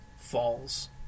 falls